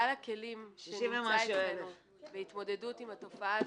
סל הכלים שנמצא אצלנו להתמודדות עם התופעה